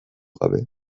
gabe